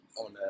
on